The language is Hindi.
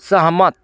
सहमत